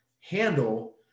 handle